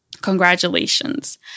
congratulations